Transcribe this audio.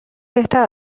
بهتر